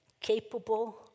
capable